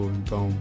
Então